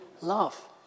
love